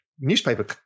newspaper